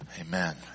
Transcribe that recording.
Amen